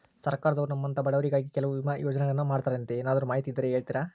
ಸರ್ಕಾರದವರು ನಮ್ಮಂಥ ಬಡವರಿಗಾಗಿ ಕೆಲವು ವಿಮಾ ಯೋಜನೆಗಳನ್ನ ಮಾಡ್ತಾರಂತೆ ಏನಾದರೂ ಮಾಹಿತಿ ಇದ್ದರೆ ಹೇಳ್ತೇರಾ?